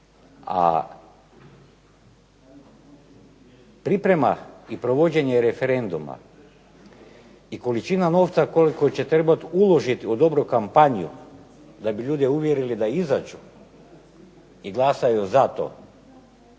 A priprema i provođenje referenduma i količina novca koliko će trebati uložiti u dobru kampanju da bi ljude uvjerili da izađu i glasaju za to